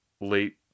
late